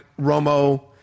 Romo